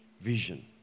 vision